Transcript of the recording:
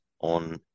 on